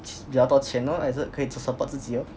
比较多钱咯还是可以自己 support 自己咯